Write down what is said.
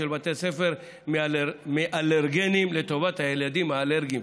בתי ספר מאלרגנים לטובת הילדים האלרגיים.